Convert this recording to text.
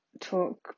talk